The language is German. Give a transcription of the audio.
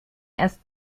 erst